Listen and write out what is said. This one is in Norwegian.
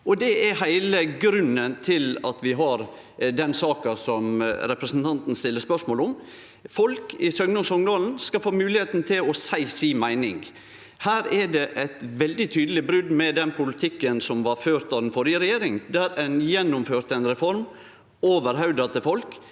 det er heile grunnen til at vi har den saka som representanten stiller spørsmål om. Folk i Søgne og Songdalen skal få moglegheita til å seie si meining. Her er det eit veldig tydeleg brot med den politikken som blei ført av den førre regjeringa, der ein gjennomførte ei reform over hovuda til folk